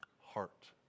heart